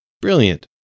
Brilliant